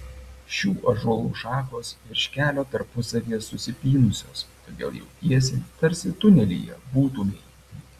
šių ąžuolų šakos virš kelio tarpusavyje susipynusios todėl jautiesi tarsi tunelyje būtumei